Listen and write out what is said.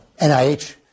NIH